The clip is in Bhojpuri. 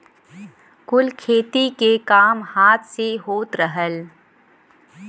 कुल खेती के काम हाथ से होत रहल